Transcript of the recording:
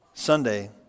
Sunday